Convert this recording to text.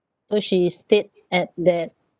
so she stayed at that